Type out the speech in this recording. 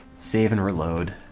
save and reload?